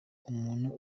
umuntu